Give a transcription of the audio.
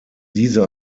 diese